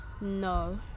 No